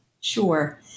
Sure